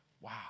wow